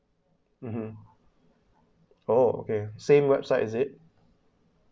mmhmm orh okay same website is it